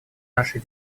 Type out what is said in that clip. нашей